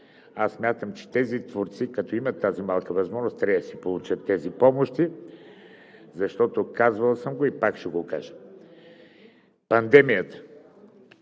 смятам, че тези творци, като имат тази малка възможност, трябва да си получат помощите, защото, казвал съм го и пак ще го кажа: пандемията